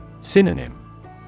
Synonym